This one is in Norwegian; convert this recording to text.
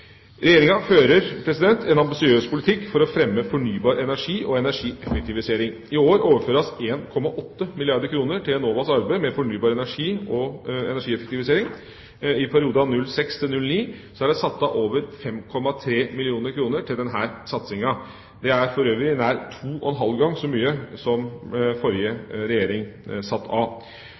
Regjeringa fører en ambisiøs politikk for å fremme fornybar energi og energieffektivisering. I år overføres 1,8 milliarder kr til Enovas arbeid med fornybar energi og energieffektivisering. I perioden 2006 til 2009 er det satt av over 5,3 milliarder kr til denne satsingen. Det er for øvrig nær to og en halv gang så mye som forrige regjering satte av.